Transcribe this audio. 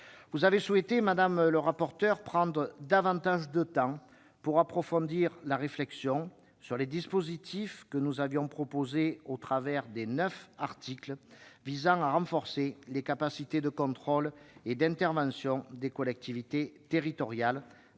Vous avez souhaité, madame le rapporteur, prendre davantage de temps pour approfondir la réflexion sur les dispositifs que nous avions proposés au travers des neuf articles visant à renforcer les capacités de contrôle et d'intervention des collectivités territoriales,